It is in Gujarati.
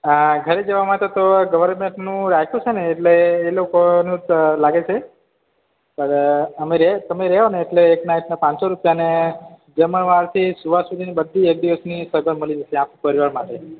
હા ઘરે જવા માટે તો ગવર્નમેંટ રાખ્યું છે ને એટલે એ લોકોનું જ લાગે છે પર અમે તમે રયો ન એટલે એક નાઇટના પાનસો રૂપિયાને જમણવાનથી સુવા સુધીનું બધુ એક દિવસની સગવળ મળી જશે આપ પરિવાર માટે